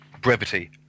Brevity